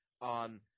on